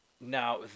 Now